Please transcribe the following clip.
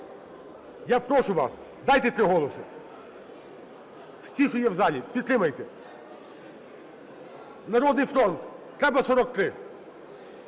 Я прошу вас, дайте 3 голоси. Всі, що є в залі, підтримайте. "Народний фронт", треба